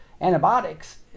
antibiotics